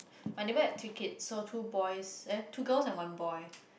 my neighbour had three kids so two boys eh two girls and one boy